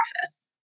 office